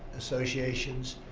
associations.